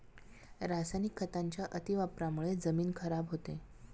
रासायनिक खतांच्या अतिवापरामुळे जमीन खराब होते